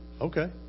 Okay